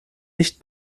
nicht